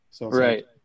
Right